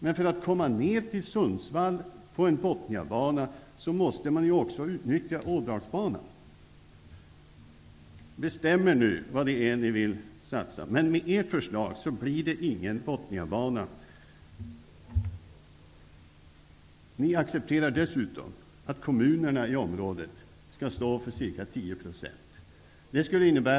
Men för att komma ned till Sundsvall på en Bothniabana måste man ju också utnyttja Ådalsbanan. Bestäm er nu för vad ni vill satsa på! Med ert förslag blir det ingen Bothniabana. Utskottsmajoriteten accepterar dessutom att kommunerna i området skall stå för ca 10 % av kostnaden.